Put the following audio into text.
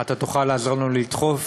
אתה תוכל לעזור לנו לדחוף